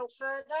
further